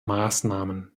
maßnahmen